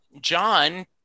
John